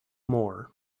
more